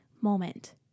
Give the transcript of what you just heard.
moment